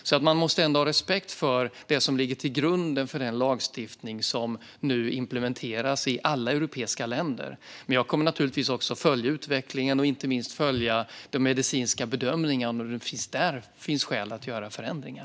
Vi måste ha respekt för det som ligger till grund för den lagstiftning som nu implementeras i alla europeiska länder. Men jag kommer naturligtvis också att följa utvecklingen och inte minst de medicinska bedömningarna och om det där finns skäl att göra förändringar.